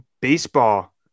baseball